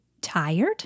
tired